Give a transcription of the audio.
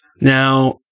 Now